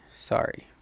Sorry